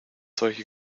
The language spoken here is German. solche